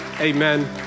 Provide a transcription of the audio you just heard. Amen